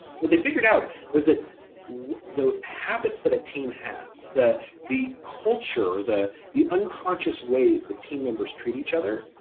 what they figured out was that the habits that a team has, the the culture, the the unconscious ways the team members treat each other,